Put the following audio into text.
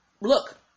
Look